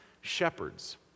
shepherds